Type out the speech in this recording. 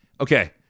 Okay